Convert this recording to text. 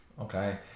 Okay